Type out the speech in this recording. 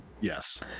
Yes